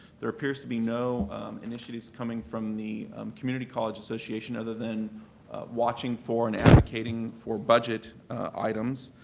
there appears to be no initiatives coming from the community college association other than watching for and advocating for budget items.